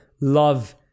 love